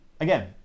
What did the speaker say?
Again